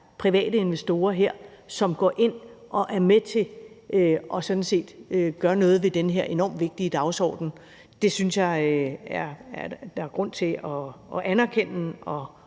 private investorer her, som går ind og er med til sådan set at gøre noget ved den her enormt vigtige dagsorden, synes jeg der er grund til at anerkende og